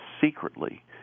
secretly